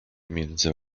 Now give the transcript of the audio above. między